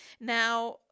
now